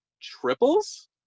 triples